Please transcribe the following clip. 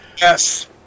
Yes